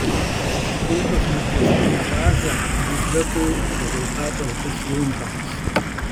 išplėtus mokestinę bazę biudžetui rezultatas bus juntamas